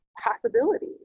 possibility